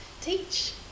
teach